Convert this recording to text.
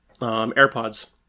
Airpods